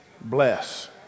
bless